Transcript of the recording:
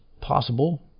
possible